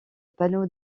panneaux